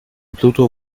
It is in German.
pluto